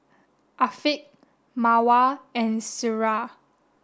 Afiq Mawar and Syirah